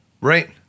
Right